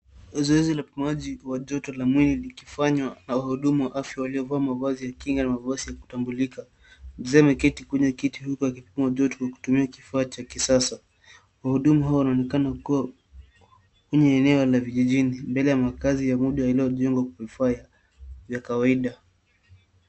Mazoezi ya upimaji wa joto la mwili likifanywa na wahudumu wa afya waliovaa mavazi ya kingaa na mavazi ya kutambulika. Mzee ameketi kwenye kiti huku akipimwa joto kwa kutumia kifaa cha kisasa. Wahudumu hao wanaonekana kuwa kwenye eneo la vijijini mbele ya makazi yaliyojengwa kwa vifaa vya kawaida.